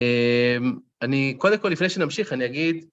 אני קודם כל, לפני שנמשיך, אני אגיד...